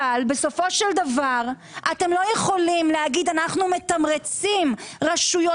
אבל בסופו של דבר אתם לא יכולים להגיד: אנחנו מתמרצים רשויות